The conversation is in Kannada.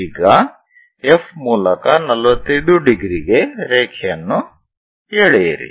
ಈಗ F ಮೂಲಕ 45 ° ಗೆ ರೇಖೆಯನ್ನು ಎಳೆಯಿರಿ